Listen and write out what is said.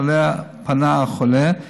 שאליה פנה החולה,